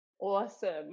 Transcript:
Awesome